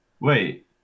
Wait